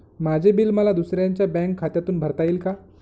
माझे बिल मला दुसऱ्यांच्या बँक खात्यातून भरता येईल का?